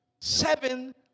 Seven